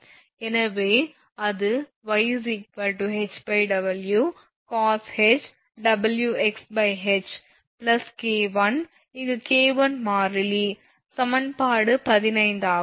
எனவே அது y HW cosh WxH K1 இங்கு K1 மாறிலி சமன்பாடு 15 ஆகும்